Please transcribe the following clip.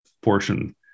portion